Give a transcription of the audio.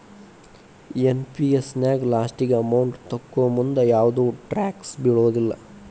NPS ನ್ಯಾಗ ಲಾಸ್ಟಿಗಿ amount ತೊಕ್ಕೋಮುಂದ ಯಾವ್ದು ಟ್ಯಾಕ್ಸ್ ಬೇಳಲ್ಲ